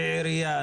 כעירייה,